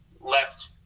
left